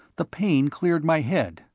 the pain cleared my head,